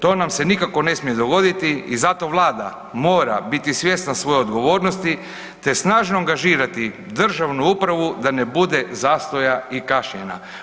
To nam se nikako ne smije dogoditi i zato Vlada mora biti svjesna svoje odgovornosti te snažno angažirati državnu upravu da ne bude zastoja i kašnjenja.